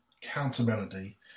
counter-melody